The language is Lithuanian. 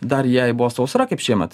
dar jai buvo sausra kaip šiemet